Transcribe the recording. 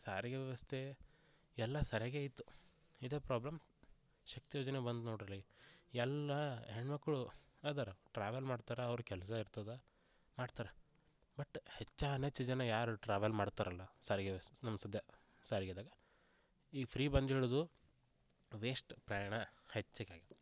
ಸಾರಿಗೆ ವ್ಯವಸ್ಥೆ ಎಲ್ಲ ಸರಿಯಾಗೆ ಇತ್ತು ಇದು ಪ್ರಾಬ್ಲಮ್ ಶಕ್ತಿ ಯೋಜನೆ ಬಂತು ನೋಡ್ರಿಲಿ ಎಲ್ಲ ಹೆಣ್ಮಕ್ಕಳು ಅದಾರೆ ಟ್ರಾವೆಲ್ ಮಾಡ್ತಾರೆ ಅವ್ರು ಕೆಲಸ್ದಾಗ್ ಇರ್ತದೆ ಮಾಡ್ತರೆ ಬಟ್ ಹೆಚ್ಚಾನ ಹೆಚ್ಚು ಜನ ಯಾರು ಟ್ರಾವೆಲ್ ಮಾಡ್ತಾರಲ್ಲ ಸಾರಿಗೆ ವ್ಯವಸ್ಥೆ ನಮ್ಮ ಸಧ್ಯ ಸಾರಿಗೆದಾಗ ಈಗ ಫ್ರೀ ಬಂದು ಇಳಿದು ವೇಸ್ಟ್ ಪ್ರಯಾಣ ಹೆಚ್ಚಿಗಾಗಿ